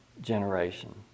generation